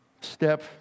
step